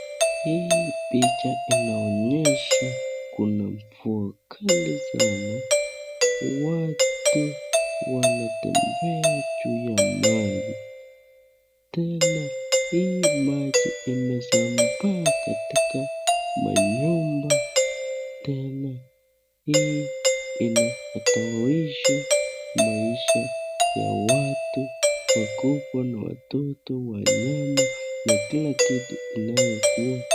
Hii picha inaonyesha kuna mvua kali sana. Watu wanatembea juu ya maji tena hii maji imesambaa katika manyumba tena hii inahatarisha maisha ya watu wakubwa na watoto, wanyama na kila kitu inayokua.